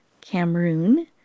Cameroon